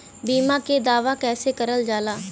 बीमा के दावा कैसे करल जाला?